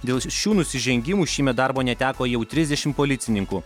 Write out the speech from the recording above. dėl šių nusižengimų šįmet darbo neteko jau trisdešimt policininkų